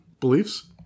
beliefs